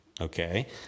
Okay